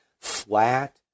flat